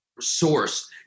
source